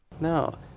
no